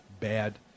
bad